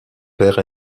père